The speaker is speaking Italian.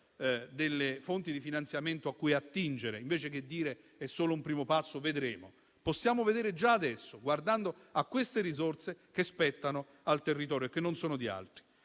delle fonti di finanziamento a cui attingere, invece che dire che è solo un primo passo e poi vedremo. Possiamo vedere già adesso, guardando a queste risorse che spettano al territorio e che non sono di altri.